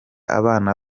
abana